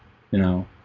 you know,